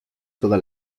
toda